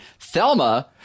Thelma